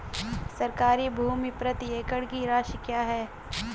सरकारी भूमि प्रति एकड़ की राशि क्या है?